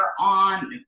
on